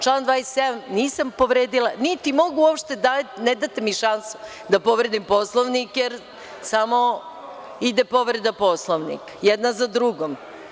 Član 27. nisam povredila, niti mogu uopšte, ne date mi šansu da povredim Poslovnik, jer samo ide povreda Poslovnika, jedna za drugom.